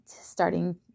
starting